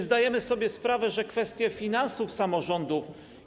Zdajemy sobie sprawę, że kwestie finansów samorządów.